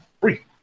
free